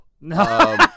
no